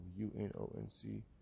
UNONC